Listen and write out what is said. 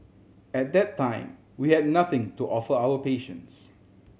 at that time we had nothing to offer our patients